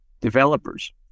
developers